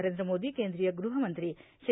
नरेंद्र मोदी केंद्रीय ग्रहमंत्री श्री